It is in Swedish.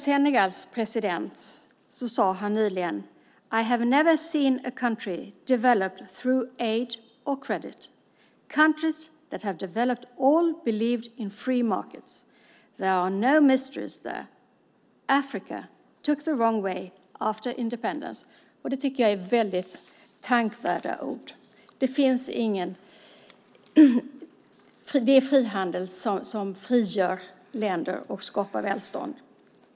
Senegals president sade nyligen så här: I have never seen a country develop through aid or credit. Countries that have developed all believed in free markets. There are no mysteries there. Africa took the wrong way after independence. Det tycker jag är tänkvärda ord. Det är frihandel som frigör länder och skapar välstånd.